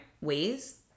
ways